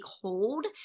hold